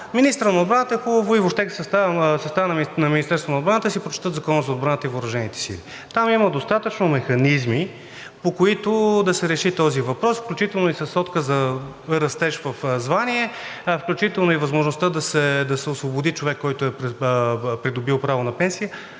министърът на отбраната и въобще съставът на Министерството на отбраната, е хубаво да си прочетат Закона за отбраната и въоръжените сили. Там има достатъчно механизми, по които да се реши този въпрос, включително и с отказа растеж в звание, включително и възможността да се освободи човек, който е придобил право на пенсия